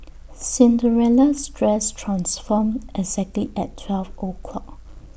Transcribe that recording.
Cinderella's dress transformed exactly at twelve o'clock